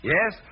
Yes